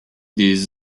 des